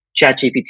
ChatGPT